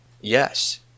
Yes